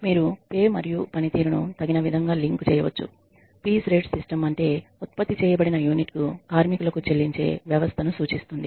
మీరు చెల్లింపు మరియు పనితీరును తగిన విధంగా లింక్ చేయవచ్చు పీస్ రేట్ సిస్టం అంటే ఉత్పత్తి చేయబడిన యూనిట్కు కార్మికులకు చెల్లించే వ్యవస్థను సూచిస్తుంది